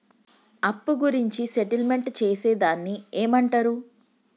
అప్పు గురించి సెటిల్మెంట్ చేసేదాన్ని ఏమంటరు?